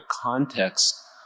context